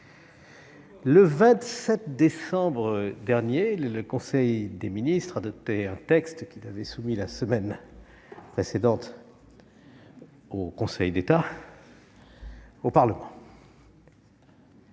Le 27 décembre dernier, le conseil des ministres adoptait un texte qu'il avait soumis la semaine précédente au Conseil d'État. Depuis